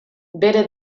bere